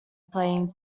playing